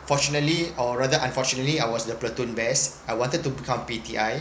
fortunately or rather unfortunately I was the platoon best I wanted to become P_T_I